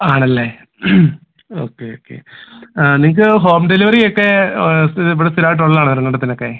ആണല്ലേ okay okay ആ നിങ്ങൾക്ക് ഹോം ഡെലിവറി ഒക്കെ ഇവിടെ സ്ഥിരം ആയിട്ട് ഉള്ളത് ആണോ നെടുങ്കണ്ടത്തിലൊക്കെ